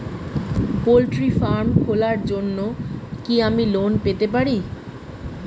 Poultry farm খোলার জন্য কি আমি লোন পেতে পারি?